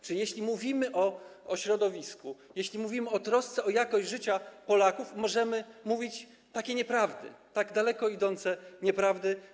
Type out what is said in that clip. Czy jeśli mówimy o środowisku, jeśli mówimy o trosce o jakość życia Polaków, możemy mówić takie nieprawdy, tak daleko idące nieprawdy?